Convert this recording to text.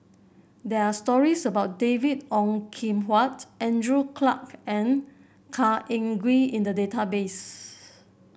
there are stories about David Ong Kim Huat Andrew Clarke and Khor Ean Ghee in the database